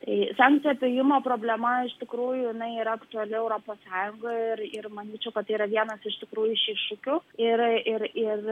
tai sankcijų apėjimo problema iš tikrųjų jinai yra aktuali europos sąjunga ir ir manyčiau kad tai yra vienas iš tikrųjų iš iššūkių ir ir ir